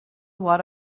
what